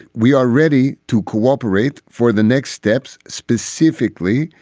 we are ready to cooperate for the next steps. specifically,